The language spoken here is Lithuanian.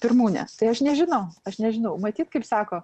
pirmūnė tai aš nežinau aš nežinau matyt kaip sako